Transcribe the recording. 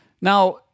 Now